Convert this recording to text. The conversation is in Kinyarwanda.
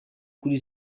kuri